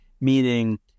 meaning